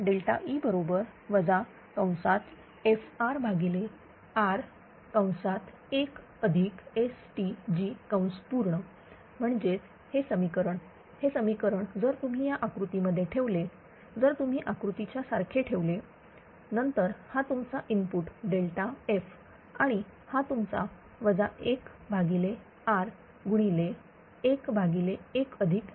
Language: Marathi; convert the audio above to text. हा ΔE FRR1STg म्हणजेच हे समीकरण हे समीकरण जर तुम्ही या आकृती मध्ये ठेवले जर तुम्ही आकृतीच्या सारखे ठेवले नंतर हा तुमचा इनपुट ΔF आणि हा तुमचा 1R गुणिले 11STg